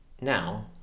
Now